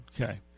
Okay